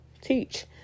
teach